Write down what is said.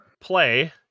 Play